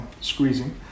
squeezing